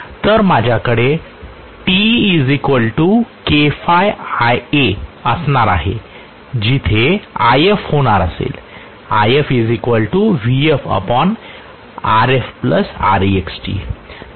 तर माझ्याकडे TeKɸIa असणार आहे जिथे If होणार असेल If